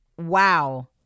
wow